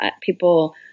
People